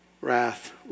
Wrath